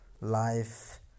life